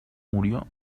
murió